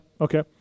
Okay